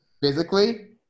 Physically